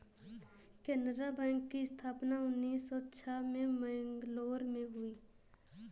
Canara bank की स्थापना उन्नीस सौ छह में मैंगलोर में हुई